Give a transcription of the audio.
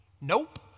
Nope